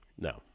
No